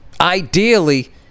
ideally